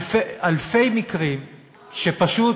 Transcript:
אלפי מקרים שפשוט